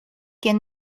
can